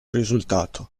risultato